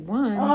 one